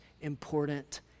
important